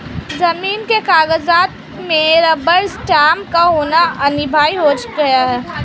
जमीन के कागजात में रबर स्टैंप का होना अनिवार्य हो गया है